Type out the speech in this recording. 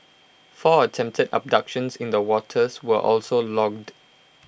four attempted abductions in the waters were also logged